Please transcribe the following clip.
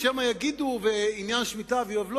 שמא יגידו שעניין היובל